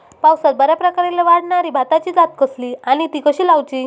पावसात बऱ्याप्रकारे वाढणारी भाताची जात कसली आणि ती कशी लाऊची?